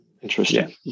Interesting